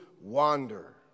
wander